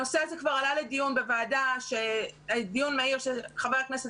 הנושא הזה כבר עלה לדיון מהיר שחבר הכנסת